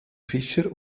fischer